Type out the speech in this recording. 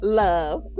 love